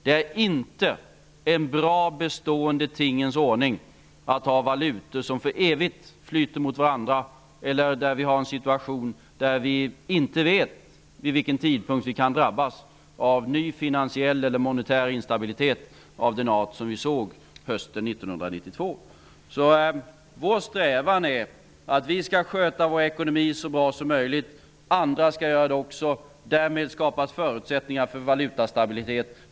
Det är inte en bra bestående tingens ordning att ha valutor som för evigt flyter mot varandra eller en situation där vi inte vet vid vilken tidpunkt vi kan drabbas av ny finansiell eller monetär instabilitet av den art som vi upplevde under hösten 1992. Därför är vår strävan att vi skall sköta vår ekonomi så bra som möjligt. Andra skall också göra det. Därmed skapas förutsättningar för valutastabilitet.